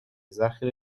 ذخیره